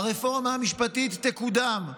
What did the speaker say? הרפורמה המשפטית תקודם.